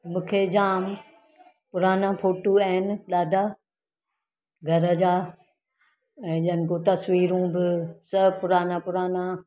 मूंखे जाम पुराना फ़ोटू आहिनि ॾाढा घर जा ऐं ॼण कुझु तस्वीरूं बि सभु पुराणा पुराणा